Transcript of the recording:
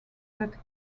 that